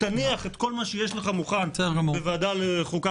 תניח את כל מה שיש לך מוכן בוועדה לחוקה,